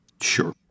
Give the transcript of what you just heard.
Sure